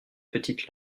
petite